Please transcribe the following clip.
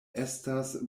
estas